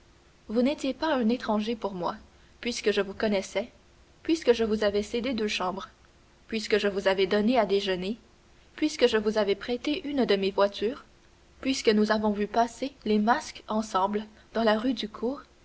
vous n'étiez pas un étranger pour moi puisque je vous connaissais puisque je vous avais cédé deux chambres puisque je vous avais donné à déjeuner puisque je vous avais prêté une de mes voitures puisque nous avions vu passer les masques ensemble dans la rue du cours